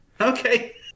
okay